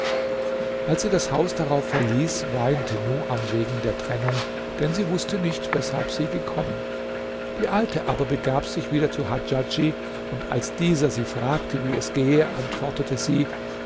als sie das haus darauf verließ weinte nuam wegen der trennung denn sie wußte nicht weshalb sie gekommen die alte aber begab sich wieder zu hadjadj und als dieser sie fragte wie es gehe antwortete sie